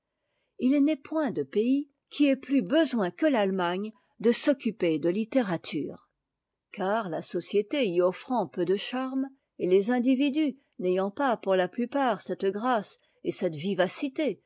h n'est point de pays qui ait plus besoin que t'attemagne de s'occuper de littérature car la société y offrant peu de charmes et les individus n'ayant pas pour la plupart cette grâce et cette vivacité